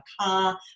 car